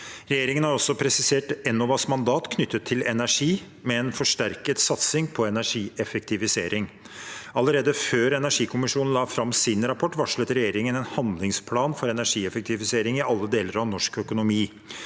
Regjeringen har også presisert Enovas mandat knyttet til energi med en forsterket satsing på energieffektivisering. Allerede før energikommisjonen la fram sin rapport, varslet regjeringen en handlingsplan for energieffektivisering i alle deler av norsk økonomi.